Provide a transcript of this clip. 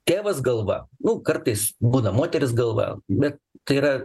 tėvas galva nu kartais būna moteris galva bet tai yra